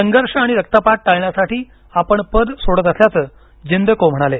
संघर्ष आणि रक्तपात टाळण्यासाठी आपण पद सोडत असल्याचं जीन्बेकोव्ह म्हणाले